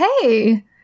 hey